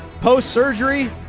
Post-surgery